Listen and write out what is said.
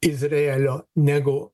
izraelio negu